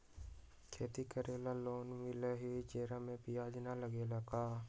खेती करे ला लोन मिलहई जे में ब्याज न लगेला का?